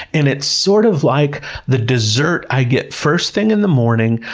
and it's sort of like the dessert i get first thing in the morning,